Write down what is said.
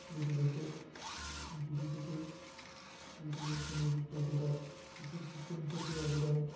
যেটি দেশের জিডিপিতে ইউটিউবের সঙ্গে যুক্ত গোটা ইকোসিস্টেম থেকে অবদান